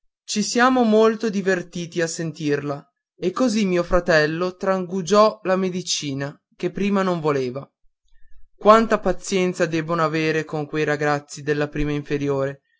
ci siamo molto divertiti a sentirla e così mio fratello trangugiò la medicina che prima non voleva quanta pazienza debbono avere con quei ragazzi della prima inferiore